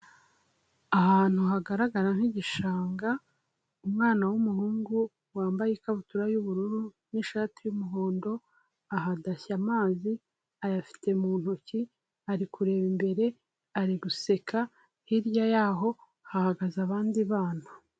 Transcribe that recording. Ahantu hagaragara nk'igishanga, umwana w'umuhungu wambaye ikabutura y'ubururu n'ishati y'umuhondo, ahadashya amazi, ayafite mu ntoki ari kureba imbere, ari guseka, hirya yaho hahagaze abandi bana.